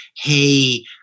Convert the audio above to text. hey